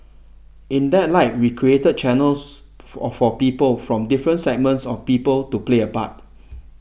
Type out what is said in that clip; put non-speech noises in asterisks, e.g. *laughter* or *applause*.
in that light we created channels for *unintelligible* people from different segments of people to play a part